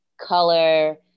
Color